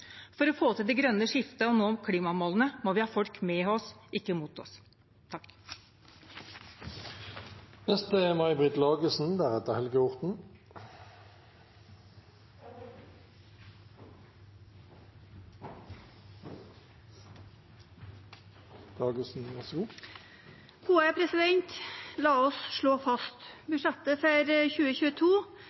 For å få til det grønne skiftet og nå klimamålene må vi ha folk med oss, ikke mot oss. La oss slå det fast: Budsjettet for 2022 er sannsynligvis det mest omfordelende budsjettet «ever». La oss også slå fast